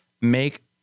make